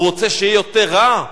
הוא רוצה שיהיה יותר רע,